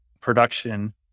production